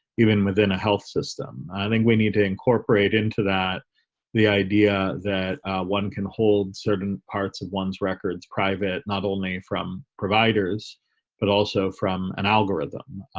even within a health system i think we need to incorporate into that the idea that one can hold certain parts of one's records private not only from providers but also from an algorithm.